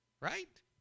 right